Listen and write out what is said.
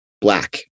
Black